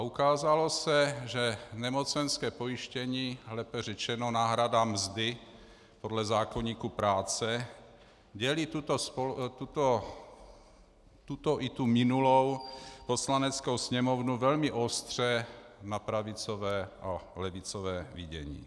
Ukázalo se, že nemocenské pojištění, lépe řečeno náhrada mzdy podle zákoníku práce, dělí tuto i tu minulou Poslaneckou sněmovnu velmi ostře na pravicové a levicové vidění.